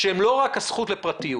שהן לא רק הזכות לפרטיות.